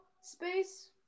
space